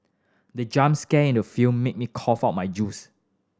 the jump scare in the film made me cough out my juice